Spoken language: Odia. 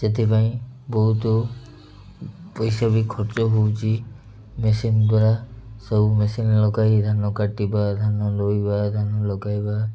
ସେଥିପାଇଁ ବହୁତ ପଇସା ବି ଖର୍ଚ୍ଚ ହଉଚି ମେସିନ୍ ଦ୍ୱାରା ସବୁ ମେସିନ ଲଗାଇ ଧାନ କାଟିବା ଧାନ ଦୋଇବା ଧାନ ଲଗାଇବା